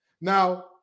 Now